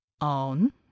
On